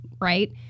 right